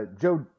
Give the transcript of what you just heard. Joe